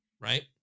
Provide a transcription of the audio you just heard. Right